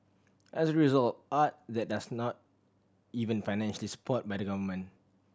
as a result art that does not even financially supported by the government